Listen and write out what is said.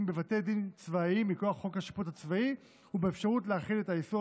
בבתי דין צבאיים מכוח חוק השיפוט הצבאי ובאפשרות להחיל את איסור